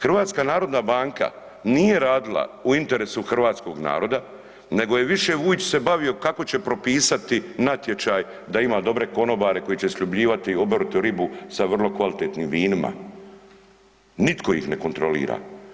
HNB nije radila u interesu hrvatskoga naroda nego je više Vujčić se bavio kako će propisati natječaj da ima dobre konobare koji će sljubljivati oboritu ribu s vrlo kvalitetnim vinima, nitko ih ne kontrolira.